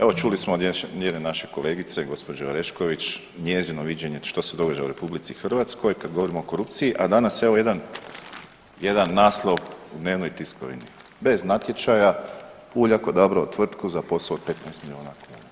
Evo čuli smo od jedne naše kolegice, g. Orešković njezino viđenje što se događa u RH kad govorimo o korupciji, a danas evo, jedan naslov u dnevnoj tiskovini, bez natječaja Puljak odabrao tvrtku za posao od 15 milijuna kuna.